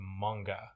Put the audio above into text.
manga